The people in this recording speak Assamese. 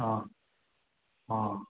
অ' অ'